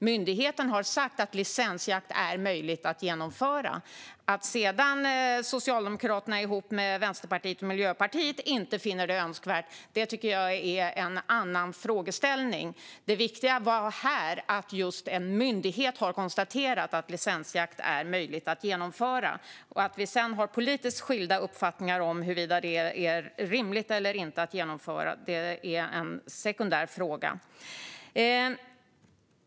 Myndigheten har sagt att det är möjligt att genomföra licensjakt. Att sedan Socialdemokraterna ihop med Vänsterpartiet och Miljöpartiet inte finner det önskvärt tycker jag är en annan frågeställning. Det viktiga var här att en myndighet konstaterat att licensjakt är möjlig att genomföra. Att vi sedan har politiskt skilda uppfattningar om huruvida det är rimligt eller inte att genomföra sådan är en sekundär fråga.